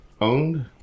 owned